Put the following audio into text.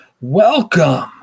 Welcome